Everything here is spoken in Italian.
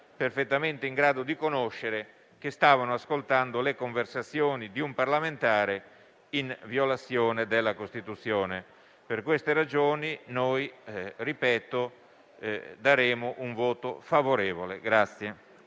perfettamente in grado di sapere che stavano ascoltando le conversazioni di un parlamentare, in violazione della Costituzione. Per queste ragioni esprimeremo un voto favorevole.